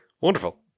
Wonderful